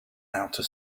outer